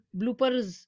bloopers